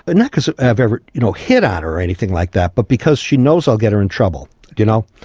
ah not as if i've ever you know hit on her or anything like that, but because she knows i'll get her in trouble, you know?